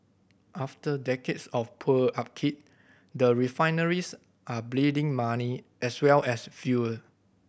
after decades of poor upkeep the refineries are bleeding money as well as fuel